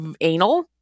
anal